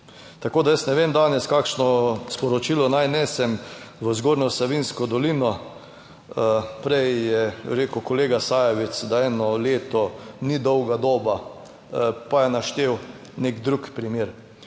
Tako, da jaz ne vem danes, kakšno sporočilo naj nesem v Zgornjo Savinjsko dolino. Prej je rekel kolega Sajovic, da eno leto ni dolga doba, pa je naštel nek drug primer.